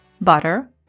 butter